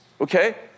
Okay